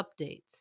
updates